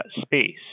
space